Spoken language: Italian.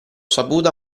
saputo